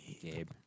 Gabe